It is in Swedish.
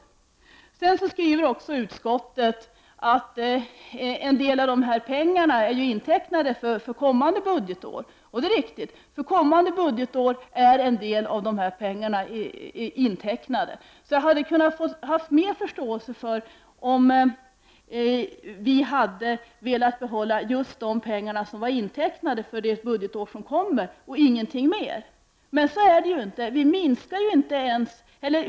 Utskottet skriver också att en del av dessa pengar är intecknade för kom mande budgetår. Det är riktigt. En del av dessa pengar är intecknade för kommande budgetår. Miljöpartiet hade haft mer förståelse för om utskottet velat behålla just de pengar som var intecknade för det budgetår som kommer, och ingenting mer. Men så är det inte.